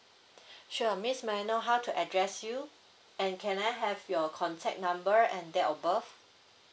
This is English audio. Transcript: sure miss may I know how to address you and can I have your contact number and date of birth